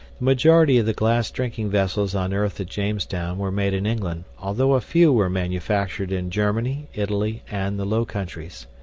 the majority of the glass drinking vessels unearthed at jamestown were made in england, although a few were manufactured in germany, italy, and the low countries.